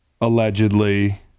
allegedly